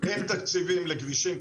אין תקציבים לכבישים,